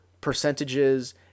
percentages